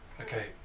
Okay